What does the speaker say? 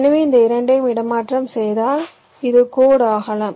எனவே இந்த இரண்டையும் இடமாற்றம் செய்தால் இது கோடு ஆகலாம்